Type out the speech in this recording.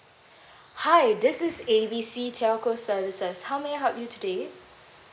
hi this is A B C telco services how may I help you today